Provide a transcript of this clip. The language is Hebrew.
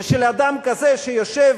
ושל אדם כזה שיושב